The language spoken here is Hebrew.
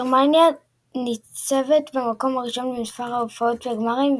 גרמניה ניצבת במקום הראשון במספר ההופעות בגמרים,